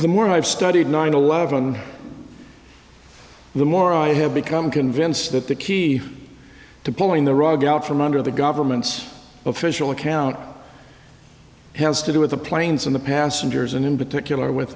the more i have studied nine eleven the more i have become convinced that the key to pulling the rug out from under the government's official account has to do with the planes and the passengers and in particular with